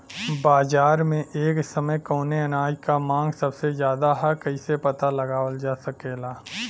बाजार में एक समय कवने अनाज क मांग सबसे ज्यादा ह कइसे पता लगावल जा सकेला?